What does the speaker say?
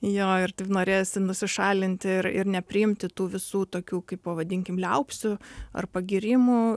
jo ir taip norėjosi nusišalinti ir ir nepriimti tų visų tokių pavadinkim liaupsių ar pagyrimų